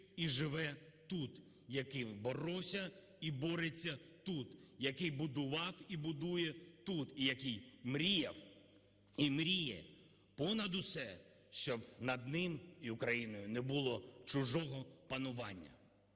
і живе тут, який боровся і бореться тут, який будував і будує тут, і, який мріяв і мріє понад усе, щоб над ним і Україною не було чужого панування.